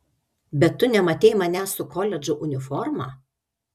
bet tu nematei manęs su koledžo uniforma